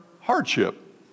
hardship